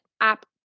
app